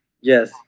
yes